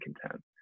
content